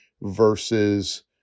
versus